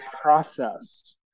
process